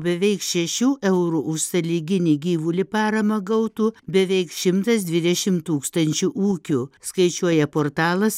beveik šešių eurų už sąlyginį gyvulį paramą gautų beveik šimtas dvidešim tūkstančių ūkių skaičiuoja portalas